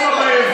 אביר,